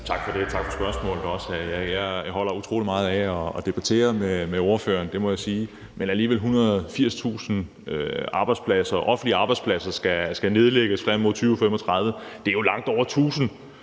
Tak for det, og også tak for spørgsmålet. Jeg holder utrolig meget af at debattere med ordføreren, men det er alligvel noget at sige, at 180.000 offentlige arbejdspladser skal nedlægges frem mod 2035. Det er jo langt over 1.000